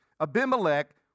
Abimelech